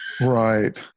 Right